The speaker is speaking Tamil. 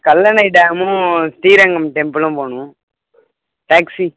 கல்லணை டேமும் ஸ்ரீரங்கம் டெம்புளும் போகணும் டேக்ஸி